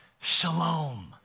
shalom